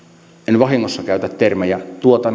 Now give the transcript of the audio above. en vahingossa käytä termiä